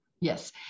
yes